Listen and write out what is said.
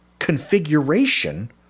configuration